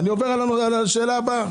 קודם ראינו כאן שמביאים כסף לחוזרים בשאלה.